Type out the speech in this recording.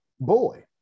boy